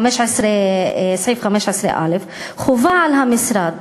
סעיף 15א, חובה על המשרד